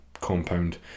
compound